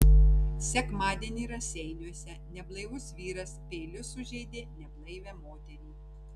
sekmadienį raseiniuose neblaivus vyras peiliu sužeidė neblaivią moterį